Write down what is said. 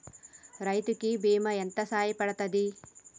రైతు కి బీమా ఎంత సాయపడ్తది?